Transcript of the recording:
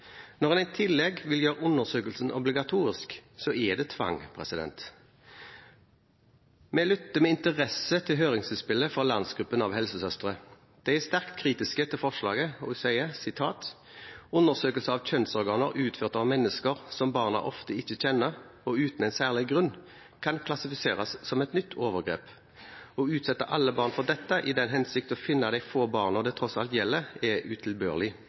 Når en i tillegg vil gjøre undersøkelsen obligatorisk, er det tvang. Vi har med interesse lyttet til høringsinnspillet fra Landsgruppen av helsesøstre. De er sterkt kritiske til forslaget og sier: «Undersøkelse av kjønnsorganer utført av mennesker som barna ofte ikke kjenner og uten en særlig grunn, kan klassifiseres som et nytt overgrep. Å utsette alle barn for dette i den hensikt å skulle finne de få barna det tross alt gjelder, er utilbørlig.»